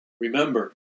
Remember